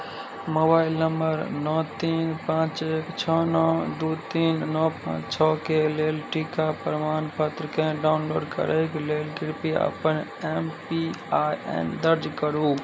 mobile number नओ तीन पाँच एक छओ नओ दू तीन नओ पाँच छओके लेल टीका प्रमाणपत्रकेँ डाउनलोड करैक लेल कृपया अपन एम पी आइ एन दर्ज करू